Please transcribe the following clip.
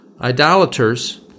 idolaters